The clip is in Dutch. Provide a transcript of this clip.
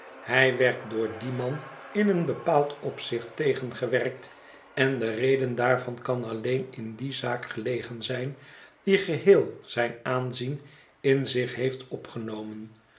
hij werd door dien man in een bepaald opzicht tegengewerkt en de reden daarvan kan alleen in die zaak gelegen zijn die geheel zijn aanzijn in zich heeft opgenomen